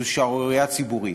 זה שערורייה ציבורית.